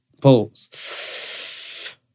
Polls